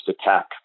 attack